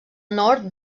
nord